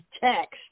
Text